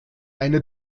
eine